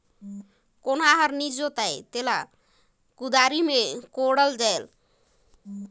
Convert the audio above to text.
कोनहा हर नी जोताए रहें तेला कुदारी मे कोड़ल जाथे